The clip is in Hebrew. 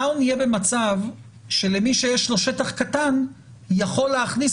אנחנו נהיה במצב שלמי שיש לו שטח קטן יכול להכניס